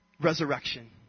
Resurrection